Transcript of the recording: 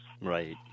Right